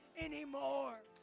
anymore